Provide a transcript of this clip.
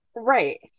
right